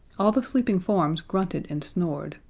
all the sleeping forms grunted and snored,